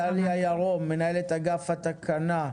דליה ירום, מנהלת אגף התקינה,